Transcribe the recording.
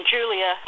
Julia